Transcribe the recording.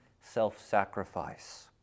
self-sacrifice